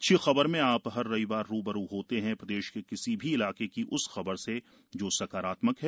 अच्छी खबर में आप हर रविवार रू ब रू होते हैं प्रदेश के किसी भी इलाके की उस खबर से जो सकारात्मक है